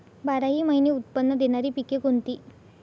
बाराही महिने उत्त्पन्न देणारी पिके कोणती?